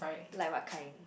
like what kind